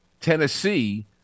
Tennessee